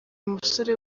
musore